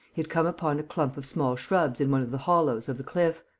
he had come upon a clump of small shrubs in one of the hollows of the cliff.